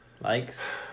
Likes